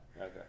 Okay